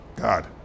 God